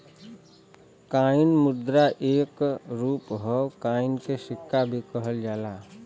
coin मुद्रा क एक रूप हौ कॉइन के सिक्का भी कहल जाला